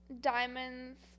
diamonds